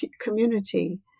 community